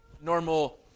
normal